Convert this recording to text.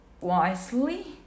wisely